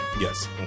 Yes